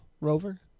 rover